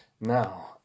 now